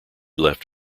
left